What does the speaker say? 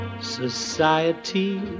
Society